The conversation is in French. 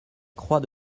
croix